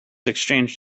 exchanged